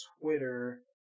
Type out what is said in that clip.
Twitter